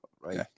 right